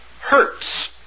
hurts